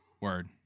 Word